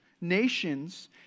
nations